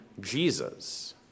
Jesus